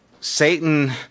Satan